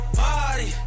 party